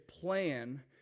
plan